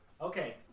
Okay